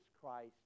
christ